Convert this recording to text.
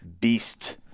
beast